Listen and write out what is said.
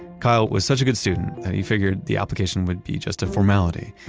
kyle was such a good student that he figured the application would be just a formality,